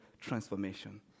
transformation